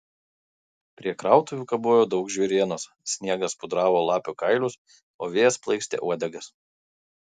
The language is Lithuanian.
prie krautuvių kabojo daug žvėrienos sniegas pudravo lapių kailius o vėjas plaikstė uodegas